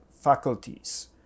faculties